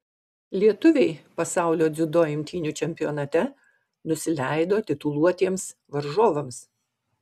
lietuviai pasaulio dziudo imtynių čempionate nusileido tituluotiems varžovams